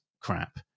crap